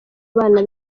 abana